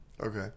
Okay